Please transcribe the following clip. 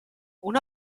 una